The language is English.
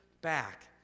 back